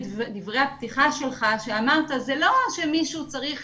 בדברי הפתיחה שלך כשאמרת שזה לא שמישהו צריך